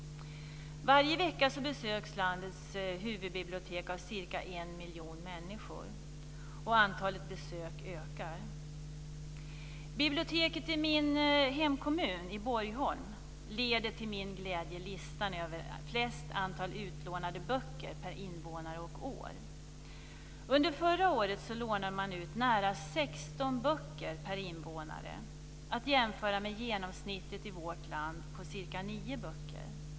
Varje vecka besöks landets huvudbibliotek av cirka en miljon människor, och antalet besök ökar. Biblioteket i min hemkommun, Borgholm, leder till min glädje listan över flest utlånade böcker per invånare och år. Under förra året lånade man ut nära 16 böcker per invånare, att jämföra med genomsnittet i vårt land på cirka nio böcker.